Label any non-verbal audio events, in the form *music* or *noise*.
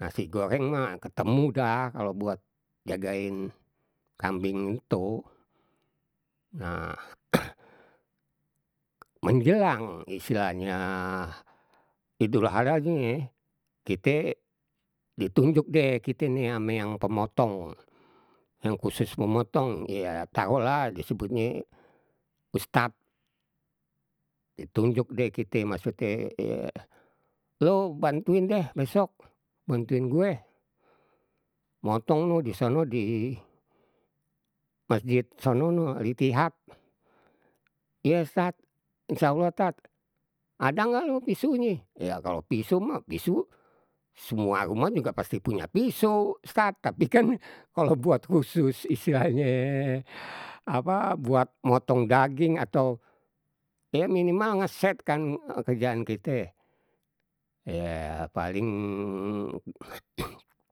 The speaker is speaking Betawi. nasi goreng lah, ketemu dah, kalau buat jagain kambing, itu. Nah *noise* menjelang isilahnya idul hara ni, kite ditunjuk deh, kita nih ame yang pemotong, yang khusus memotong ya taro lah disebutnye ustad, ditunjuk deh kite maksudnye, *hesitation* lo bantuin deh besok, bantuin gue, motong lo di sono di, masjid sono no, al itihad. Iye ustad insyaallah tad, ada nggak lo pisonye, ya kalau piso mah, piso semua rumah juga pasti punya piso ustad, tapi kan *laughs* kalau buat khusus istilahnye apa buat motong daging atau ya minimal ngesetkan kerjaan kite ya paling.